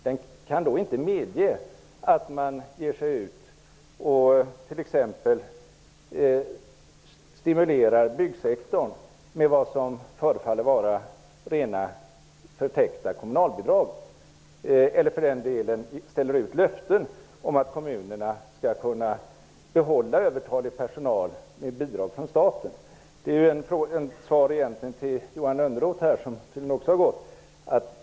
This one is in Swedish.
Den kan inte medge att man t.ex. ger sig ut och stimulerar byggsektorn med vad som förefaller vara rena förtäckta kommunalbidrag eller att man ger löften om att kommunera skall kunna behålla övertalig personal med bidrag från staten. Detta är ju egentligen ett svar till Johan Lönnroth, som tydligen också har gått.